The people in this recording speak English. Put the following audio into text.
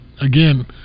again